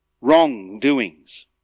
wrongdoings